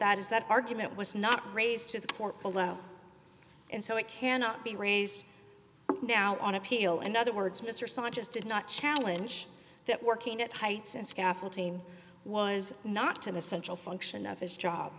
that is that argument was not raised to the court below and so it cannot be raised now on appeal in other words mr sanchez did not challenge that working at heights and scaffold team was not to the essential function of his job